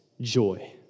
joy